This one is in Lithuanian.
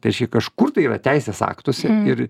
tai škia kažkur tai yra teisės aktuose ir